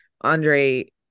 Andre